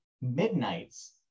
Midnights